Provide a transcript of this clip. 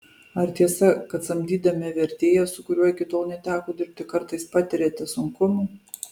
ar tiesa kad samdydami vertėją su kuriuo iki tol neteko dirbti kartais patiriate sunkumų